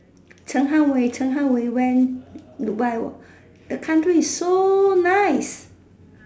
陈汉玮陈汉玮 went dubai !wah! the country is so nice